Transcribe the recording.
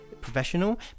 professional